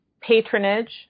patronage